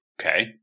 Okay